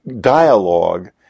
dialogue